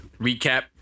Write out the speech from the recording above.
Recap